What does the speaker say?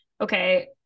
okay